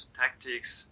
tactics